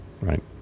right